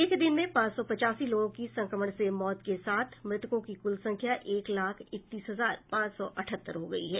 एक दिन में पांच सौ पचासी लोगों की संक्रमण से मौत के साथ मृतकों की कुल संख्या एक लाख इकतीस हजार पांच सौ अठहत्तर हो गई है